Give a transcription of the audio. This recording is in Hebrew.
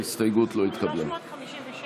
ההסתייגות לא התקבלה.